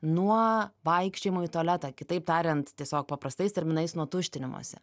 nuo vaikščiojimo į tualetą kitaip tariant tiesiog paprastais terminais nuo tuštinimosi